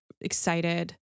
excited